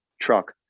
truck